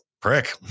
prick